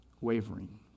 wavering